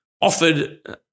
offered